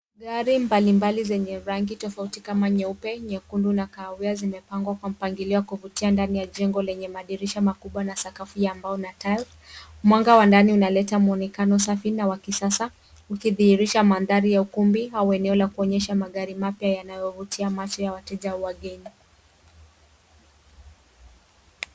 Gari mbalimbali zenye rangi tofauti kama nyeupe, nyekundu na kahawia zimepangwa kwa mpangilio wa kuvutia ndani ya jengo lenye madirisha makubwa na sakafu ya mbao na tiles . Mwanga wa ndani unaleta muonekano safi na wa kisasa ukidhihirisha mandhari ya ukumbi au eneo la kuonyesha magari mapya yanayovutia macho ya wateja wageni.